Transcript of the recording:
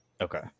okay